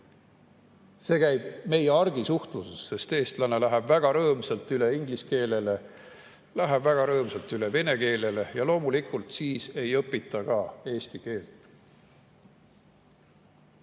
Nii käib meie argisuhtluses, sest eestlane läheb väga rõõmsalt üle inglise keelele, läheb väga rõõmsalt üle vene keelele ja loomulikult siis ei õpita ka eesti keelt.